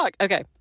Okay